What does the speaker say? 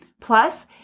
plus